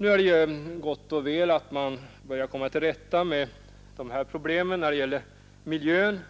Nu är det gott och väl att man börjar komma till rätta med de här problemen och med